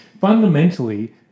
Fundamentally